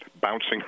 bouncing